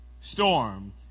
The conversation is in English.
storm